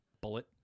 bullet